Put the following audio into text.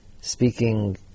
speaking